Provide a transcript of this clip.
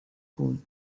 cole